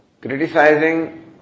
criticizing